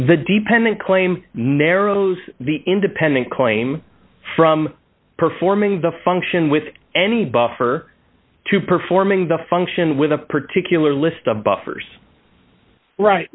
the dependent claim narrows the independent claim from performing the function with any buffer to performing the function with a particular list of buffers right